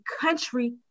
country